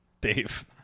Dave